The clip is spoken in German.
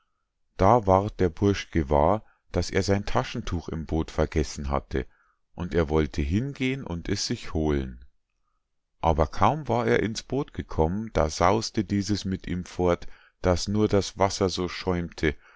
da ward der bursch gewahr daß er sein taschentuch im boot vergessen hatte und er wollte hingehen und es sich holen kaum aber war er ins boot gekommen so saus'te dieses mit ihm fort daß nur das wasser so schäumte